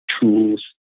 tools